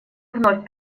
вновь